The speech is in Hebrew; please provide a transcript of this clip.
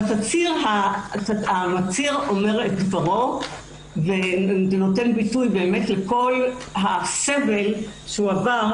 בתצהיר המצהיר אומר את דברו ונותן ביטוי לכל הסבל שהוא עבר